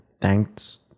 thanks